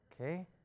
Okay